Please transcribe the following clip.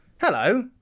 hello